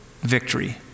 victory